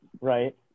right